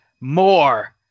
more